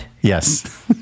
Yes